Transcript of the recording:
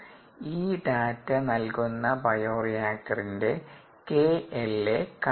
ഈ ഡാറ്റ നൽകുന്ന ബയോറിയാക്റ്ററിന്റെ KLa കണ്ടെത്തുക